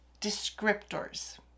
descriptors